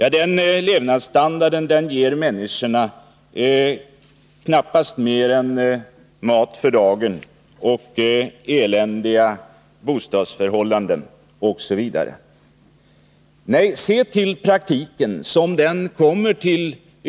Den levnadsstandarden ger knappast människorna mer än mat för dagen, eländiga bostadsförhållanden osv. Det är annorlunda i Sverige!